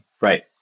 right